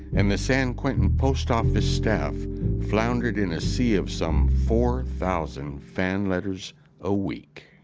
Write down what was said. and the san quentin post office staff floundered in a sea of some four thousand fan letters a week